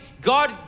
God